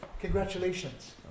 Congratulations